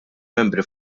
membri